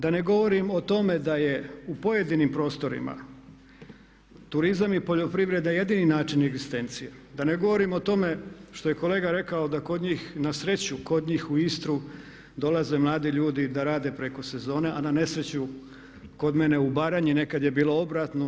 Da ne govorim o tome da je u pojedinim prostorima turizam i poljoprivreda jedini način egzistencije, da ne govorim o tome što je kolega rekao da kod njih na sreću kod njih u Istru dolaze mladi ljudi da rade preko sezone, a na nesreću kod mene u Baranji nekad je bilo obratno.